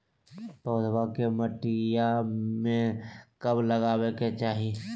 पौधवा के मटिया में कब लगाबे के चाही?